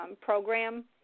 program